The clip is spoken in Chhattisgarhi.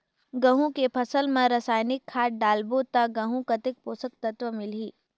गंहू के फसल मा रसायनिक खाद डालबो ता गंहू कतेक पोषक तत्व मिलही?